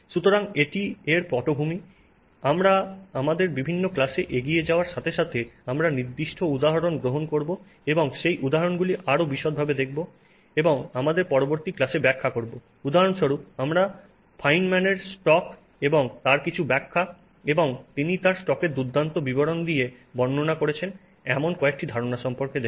সুতরাং এটি এর পটভূমি আমরা আমাদের বিভিন্ন ক্লাসে এগিয়ে যাওয়ার সাথে সাথে আমরা নির্দিষ্ট উদাহরণ গ্রহণ করব এবং সেই উদাহরণগুলি আরও বিশদভাবে দেখব এবং আমাদের পরবর্তী ক্লাসে ব্যাখ্যা করব উদাহরণস্বরূপ আমরা ফাইনম্যানের স্টক Feynman's stock এবং তার কিছু ব্যাখ্যা এবং তিনি তার স্টকের দুর্দান্ত বিবরণ দিয়ে বর্ণনা করেছেন এমন কয়েকটি ধারণা সম্পর্কে দেখব